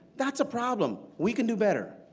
that's a problem. we can do better.